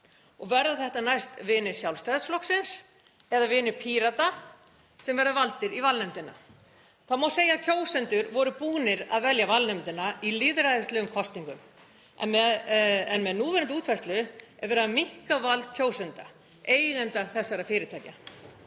Verða þetta næst vinir Sjálfstæðisflokksins eða vinir Pírata sem verða valdir í valnefndina? Það má segja að kjósendur hafi verið búnir að velja valnefndina í lýðræðislegum kosningum en með núverandi útfærslu er verið að minnka vald kjósenda, eigenda þessara fyrirtækja.